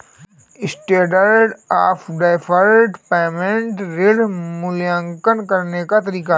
standard of deferred payment ऋण मूल्यांकन करने का तरीका है